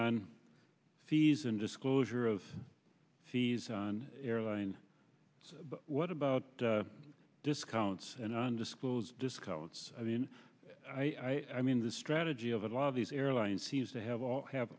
on fees and disclosure of fees on airlines what about discounts and undisclosed isco it's i mean i mean the strategy of a lot of these airlines seems to have all have